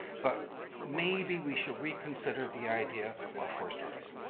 but maybe we should reconsider the idea of four stories.